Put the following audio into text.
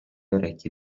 orecchie